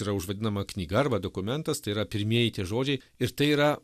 yra užvadinama knyga arba dokumentas tai yra pirmieji tie žodžiai ir tai yra